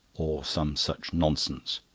or some such nonsense.